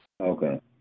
Okay